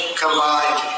combined